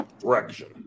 direction